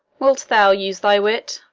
wilt thou use thy wit?